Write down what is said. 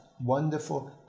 wonderful